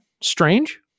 Strange